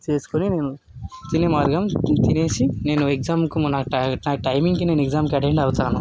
చేసుకొని నేను తినే మార్గం తినేసి నేను ఎగ్జామ్కు నాకు నాకు టైమింగ్కి నేను ఎగ్జామ్కి అటెండ్ అవుతాను